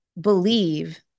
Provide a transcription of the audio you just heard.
believe